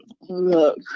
Look